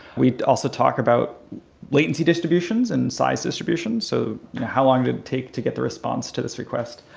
we also talked about latency distributions and size distribution. so how long did it take to get the response to this request?